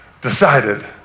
decided